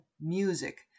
music